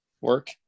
work